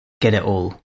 get-it-all